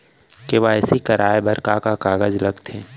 KYC कराये बर का का कागज लागथे?